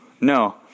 No